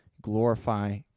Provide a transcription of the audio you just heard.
glorify